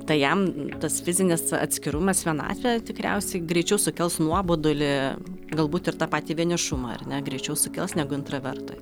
tai jam tas fizinis atskirumas vienatvė tikriausiai greičiau sukels nuobodulį galbūt ir tą patį vienišumą ar ne greičiau sukels negu intravertui